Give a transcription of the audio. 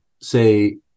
say